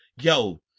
Yo